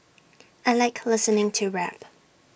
I Like listening to rap